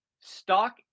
stock